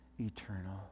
eternal